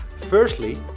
Firstly